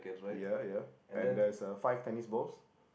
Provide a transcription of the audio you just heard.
ya ya and there's uh five tennis balls